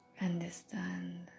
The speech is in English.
understand